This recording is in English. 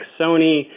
Sony